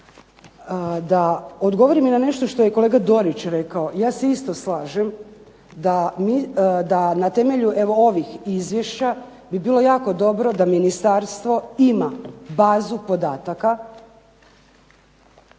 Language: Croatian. Da odgovorim i na nešto što je kolega Dorić rekao. Ja se isto slažem da na temelju evo ovih izvješća bi bilo jako dobro da ministarstvo ima bazu podataka